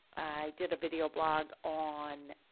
i did a video blog on,